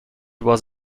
was